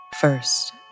First